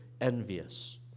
envious